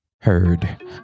Heard